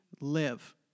live